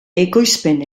ekoizpen